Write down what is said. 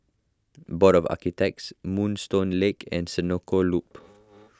Board of Architects Moonstone Lane and Senoko Loop